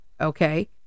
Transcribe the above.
Okay